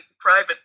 private